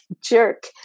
jerk